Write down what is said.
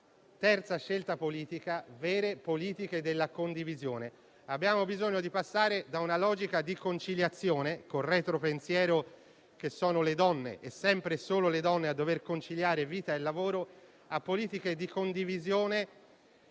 la necessità di vere politiche della condivisione. Abbiamo bisogno di passare da una logica di conciliazione, basata sul retropensiero per cui sono sempre e solo le donne a dover conciliare vita e lavoro, a politiche di condivisione